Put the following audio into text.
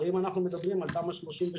הרי אם אנחנו מדברים על תמ"א 38,